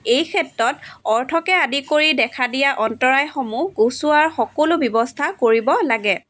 এই ক্ষেত্ৰত অৰ্থকে আদি কৰি দেখা দিয়া অন্তৰায়সমূহ গুচোৱাৰ সকলো ব্যৱস্থা কৰিব লাগে